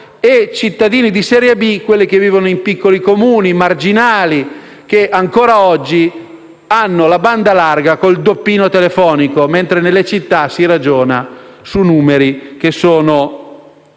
e cittadini di serie B che vivono in piccoli Comuni marginali che ancora oggi hanno la banda larga con il doppino telefonico mentre nelle città si ragiona su numeri che sono